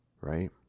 Right